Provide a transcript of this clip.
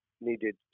needed